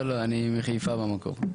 לא, אני מחיפה במקור.